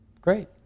great